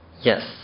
Yes